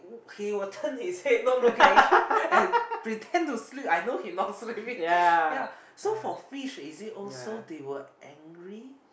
he will turn his head not look at you and pretend to sleep I know he not sleeping ya so for fish is it also they will angry